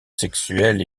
sexuel